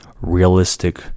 realistic